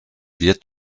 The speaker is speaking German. wird